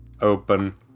open